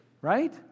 Right